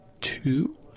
two